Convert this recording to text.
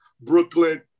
Brooklyn